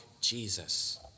Jesus